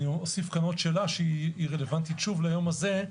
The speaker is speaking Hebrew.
אני אוסיף כאן עוד שאלה שרלוונטית שוב ליום הזה.